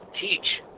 teach